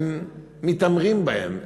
מתעמרים בהם,